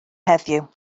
heddiw